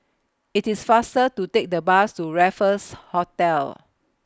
IT IS faster to Take The Bus to Raffles Hotel